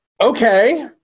Okay